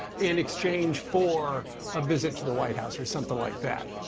in exchange for a visit to the white house, or something like that.